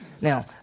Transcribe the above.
Now